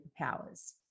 superpowers